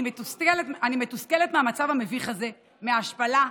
אני מתוסכלת מהמצב המביך הזה, מההשפלה.